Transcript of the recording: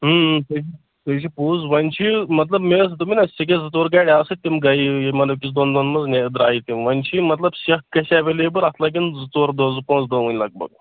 صحیح تہِ چھِ پوٚز وۄںۍ چھِ مطلب مےٚ ٲس دوٚپمَے نا سیٚکٮ۪س زٕ ژور گاڑِ آسہٕ تِم گٔیے یِمَن أکِس دۄن دۄہَن منٛز نیر درٛایہِ تِم وۄنۍ چھِ مطلب سیٚکھ گژھِ اٮ۪ولیبٕل اَتھ لَگن زٕ ژور دۄہ زٕ پانٛژھ دۄہ وُنۍ لگ بگ